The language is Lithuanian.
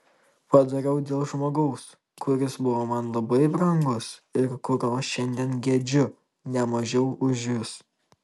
padariau dėl žmogaus kuris buvo man labai brangus ir kurio šiandien gedžiu ne mažiau už jus